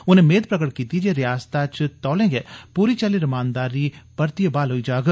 उनें मेद प्रगट कीती जे रिआसतै तौले गै पूरी चाल्ली रमानदारी परतियै ब्हाल होई जाग